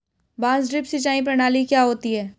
बांस ड्रिप सिंचाई प्रणाली क्या होती है?